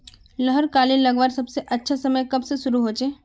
लहर कली लगवार सबसे अच्छा समय कब से शुरू होचए?